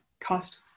cost